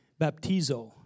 baptizo